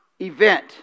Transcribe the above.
event